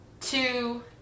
two